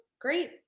great